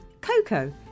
Coco